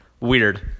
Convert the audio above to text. Weird